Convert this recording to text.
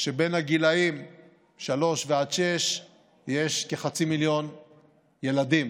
שמגיל שלוש עד שש יש כחצי מיליון ילדים,